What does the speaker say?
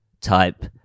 type